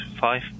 five